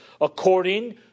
according